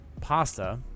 pasta